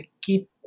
keep